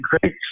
great